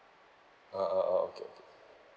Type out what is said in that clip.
oh oh oh okay okay